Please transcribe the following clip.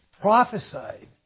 prophesied